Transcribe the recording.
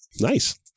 Nice